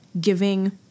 giving